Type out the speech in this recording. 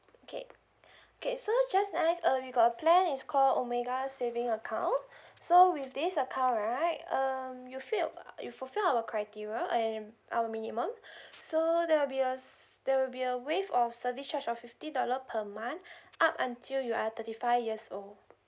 okay okay so just nice uh we got a plan is call omega saving account so with this account right um you fill you fulfill our criteria and our minimum so there will be us there will be a waive of service charge of fifty dollar per month up until you are thirty five years old